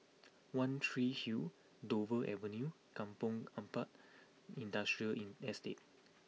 One Tree Hill Dover Avenue Kampong Ampat Industrial Inn Estate